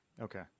Okay